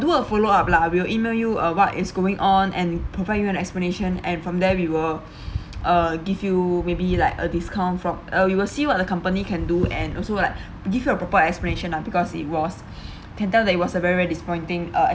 do a follow up lah will E-mail you uh what is going on and provide you an explanation and from there we will uh give you maybe like a discount from uh we will see what the company can do and also like give you a proper explanation lah because it was can tell that it was a very very disappointing uh